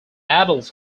adolph